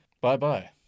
Bye-bye